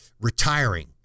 retiring